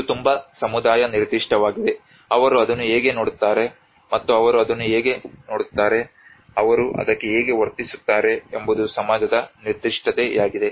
ಇದು ತುಂಬಾ ಸಮುದಾಯ ನಿರ್ದಿಷ್ಟವಾಗಿದೆ ಅವರು ಅದನ್ನು ಹೇಗೆ ನೋಡುತ್ತಾರೆ ಮತ್ತು ಅವರು ಅದನ್ನು ಹೇಗೆ ನೋಡುತ್ತಾರೆ ಅವರು ಅದಕ್ಕೆ ಹೇಗೆ ವರ್ತಿಸುತ್ತಾರೆ ಎಂಬುದು ಸಮಾಜದ ನಿರ್ದಿಷ್ಟತೆಯಾಗಿದೆ